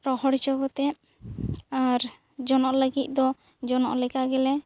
ᱨᱚᱦᱚᱲ ᱚᱪᱚ ᱠᱟᱛᱮ ᱟᱨ ᱡᱚᱱᱚᱜ ᱞᱟᱹᱜᱤᱫ ᱫᱚ ᱡᱚᱱᱚᱜ ᱞᱮᱠᱟ ᱜᱮᱞᱮ